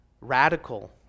radical